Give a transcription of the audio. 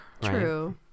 True